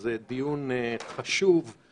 זה דיון חשוב,